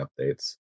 updates